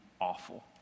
awful